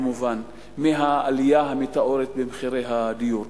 מהעלייה המטאורית במחירי הדיור.